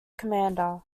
commander